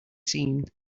seen